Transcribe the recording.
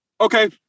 okay